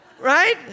Right